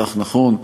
מהלך נכון.